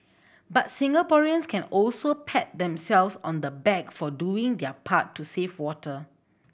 but Singaporeans can also pat themselves on the back for doing their part to save water